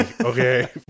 okay